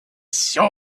sore